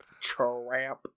tramp